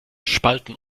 spalten